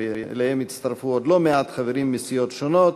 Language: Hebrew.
ואליהם הצטרפו עוד לא מעט חברים מסיעות שונות.